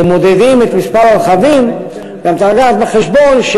כשמודדים את מספר הרכבים גם צריך להביא בחשבון,